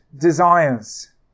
desires